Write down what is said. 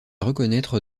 reconnaître